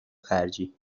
خرجی